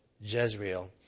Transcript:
Jezreel